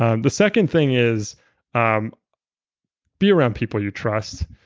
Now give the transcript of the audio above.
ah the second thing is um be around people you trust.